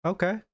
Okay